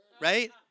right